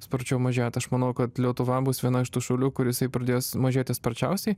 sparčiau mažėti aš manau kad lietuva bus viena iš tų šalių kur jisai pradės mažėti sparčiausiai